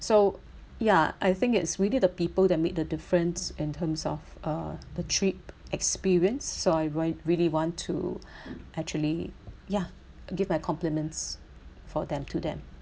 so ya I think it's really the people that made the difference in terms of uh the trip experience so I why really want to actually ya give my compliments for them to them